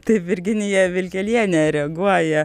taip virginija vilkelienė reaguoja